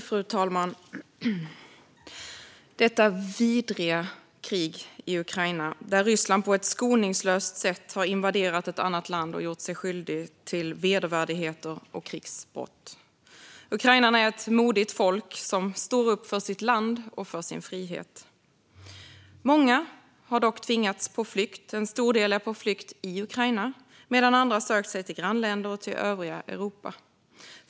Fru talman! Detta vidriga krig i Ukraina! Ryssland har på ett skoningslöst sätt invaderat ett annat land och gjort sig skyldigt till vedervärdigheter och krigsbrott. Ukrainarna är ett modigt folk, som står upp för sitt land och sin frihet. Många har dock tvingats på flykt. En stor del är på flykt i Ukraina, medan andra har sökt sig till grannländer och till övriga Europa.